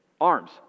Arms